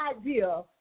idea